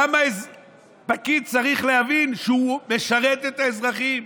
למה פקיד צריך להבין שהוא משרת את האזרחים?